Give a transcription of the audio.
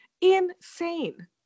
Insane